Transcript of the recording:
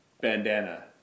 Bandana